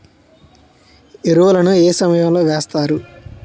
ఎరువుల ను ఏ సమయం లో వేస్తారు?